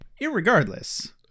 Irregardless